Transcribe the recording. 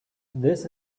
this